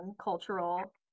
cultural